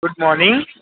good morning